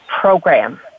program